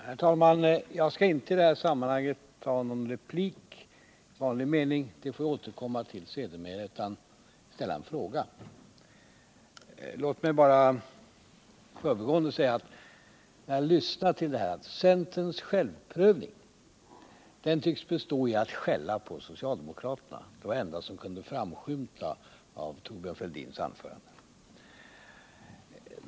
Herr talman! Jag skall inte i det här sammanhanget ge någon replik i vanlig mening. Det får jag återkomma till sedermera. Jag vill nu ställa en fråga. Låt mig bara i förbigående säga att jag har funnit, då jag lyssnat till statsministerns inlägg, att centerns självprövning tycks bestå i att skälla på socialdemokraterna. Det var det enda som framskymtade i Thorbjörn Fälldins anförande.